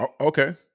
Okay